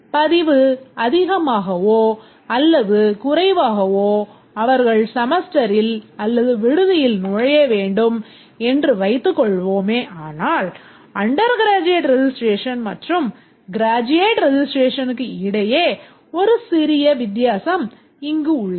பதிவு அதிகமாகவோ அல்லது குறைவாகவோ அவர்கள் செமஸ்டரில் அல்லது விடுதியில் நுழைய வேண்டும் என்று வைத்துக் கொள்வோமேயானால் under graduate registration மற்றும் graduate registrationக்கு இடையே ஒரு சிறிய வித்தியாசம் இங்கு உள்ளது